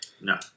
no